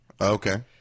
Okay